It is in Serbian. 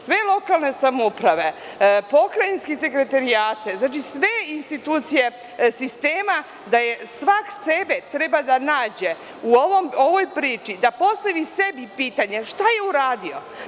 Sve lokalne, pokrajinske sekretarijate, sve institucije sistema da svako sebe treba da nađe u ovoj priči, da postavi sebi pitanje - šta je uradio?